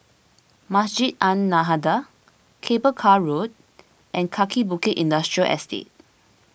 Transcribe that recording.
Masjid An Nahdhah Cable Car Road and Kaki Bukit Industrial Estate